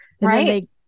right